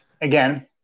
again